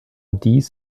dies